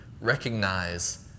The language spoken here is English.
recognize